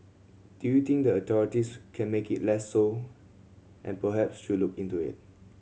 do you think the authorities can make it less so and perhaps should look into it